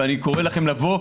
ואני קורא לכם לבוא,